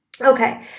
Okay